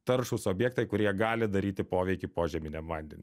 taršūs objektai kurie gali daryti poveikį požeminiam vandeniui